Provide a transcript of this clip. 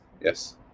Yes